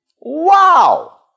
Wow